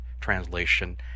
translation